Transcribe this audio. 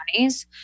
20s